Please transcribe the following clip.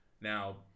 now